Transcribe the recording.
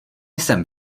jsem